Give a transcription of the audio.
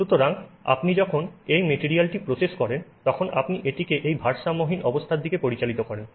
সুতরাং আপনি যখন এই মেটেরিয়ালটি প্রসেস করেন তখন আপনি এটিকে এই ভারসাম্যহীন অবস্থার দিকে পরিচালিত করেন